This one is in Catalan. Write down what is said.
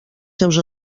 seus